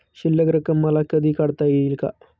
शिल्लक रक्कम मला कधी काढता येईल का?